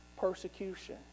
persecution